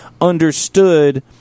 understood